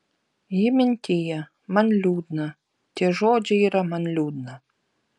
ji mintija man liūdna tie žodžiai yra man liūdna